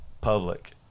public